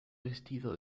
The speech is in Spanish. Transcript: vestido